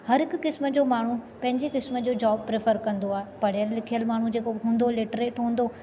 हर हिकु किस्मु जो माण्हू पंहिंजे किस्मु जो जॉब प्रिफर कंदो आहे पढ़ियल लिखियल माण्हू जेको हूंदो लिटरे पवंदो